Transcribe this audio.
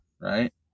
right